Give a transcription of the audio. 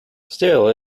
still